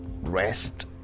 rest